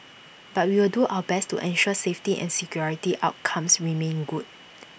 but we will do our best to ensure safety and security outcomes remain good